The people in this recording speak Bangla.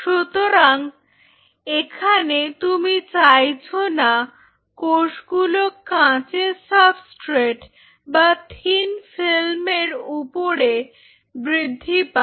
সুতরাং এখানে তুমি চাইছো না কোষগুলো কাঁচের সাবস্ট্রেট বা থিন্ ফিল্মের উপরে বৃদ্ধি পাক